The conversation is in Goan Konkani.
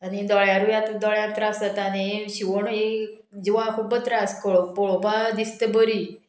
आनी दोळ्यारूय दोळ्यार त्रास जाता आनी शिवण ही जिवाक खूब्ब त्रास कळ पळोवपा दिसता बरी